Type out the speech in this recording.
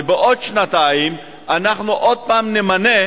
ובעוד שנתיים אנחנו עוד פעם נמנה